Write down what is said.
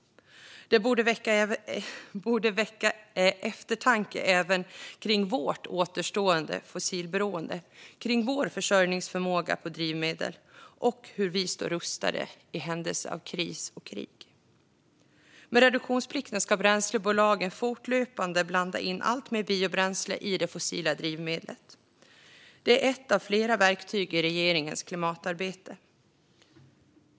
Det borde väcka eftertanke även kring vårt återstående fossilberoende, kring vår försörjningsförmåga när det gäller drivmedel och kring hur vi står rustade i händelse av kris och krig. Med reduktionsplikten ska bränslebolagen fortlöpande blanda i alltmer biobränsle i det fossila drivmedlet. Det är ett av flera verktyg i regeringens klimatarbete.